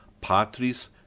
Patris